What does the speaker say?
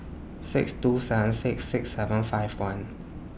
six two seven six six seven five one